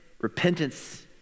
Repentance